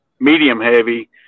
medium-heavy